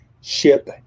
ship